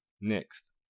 Next